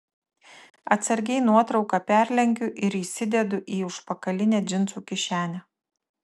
atsargiai nuotrauką perlenkiu ir įsidedu į užpakalinę džinsų kišenę